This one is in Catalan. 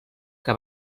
que